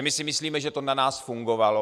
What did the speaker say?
My si myslíme, že to na nás fungovalo.